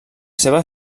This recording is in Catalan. seva